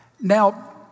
Now